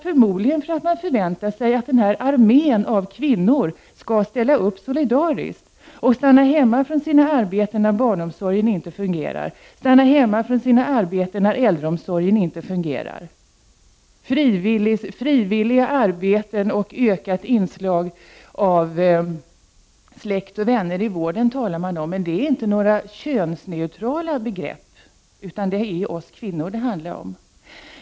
Jo, förmodligen därför att man förväntar sig att den här armén av kvinnor skall ställa upp solidariskt och stanna hemma från sina arbeten, när barnomsorgen inte fungerar och när äldreomsorgen inte fungerar. Frivilliga arbeten och ett ökat inslag av släkt och vänner i vården talas det om. Men det är inte några könsneutrala begrepp, utan det är oss kvinnor det handlar om.